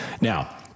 Now